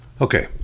Okay